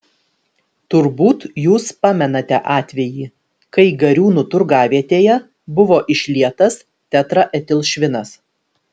turbūt jūs pamenate atvejį kai gariūnų turgavietėje buvo išlietas tetraetilšvinas